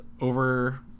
over